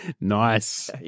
Nice